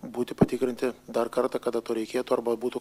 būti patikrinti dar kartą kada to reikėtų arba būtų